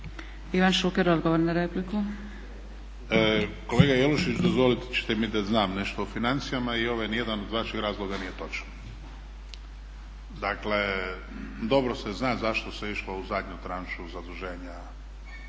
**Šuker, Ivan (HDZ)** Kolega Jelušić dozvolit ćete mi da znam nešto o financijama i ovaj nijedan od vaših razloga nije točan. Dakle, dobro se zna zašto se išlo u zadnju tranšu zaduženja